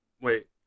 Wait